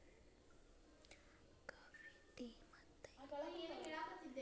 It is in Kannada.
ಕಾಫಿ, ಟೇ, ಮತ್ತ ಇನ್ನಿತರ ತೋಟಗಾರಿಕಾ ಬೆಳೆಗಳನ್ನ ಬೆಳೆಯಾಕ ಯಾವ ರೇತಿ ಮಣ್ಣ ಭಾಳ ಅನುಕೂಲ ಆಕ್ತದ್ರಿ?